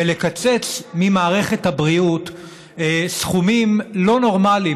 ולקצץ ממערכת הבריאות סכומים לא נורמליים,